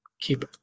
keep